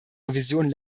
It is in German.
revision